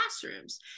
classrooms